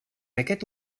aquest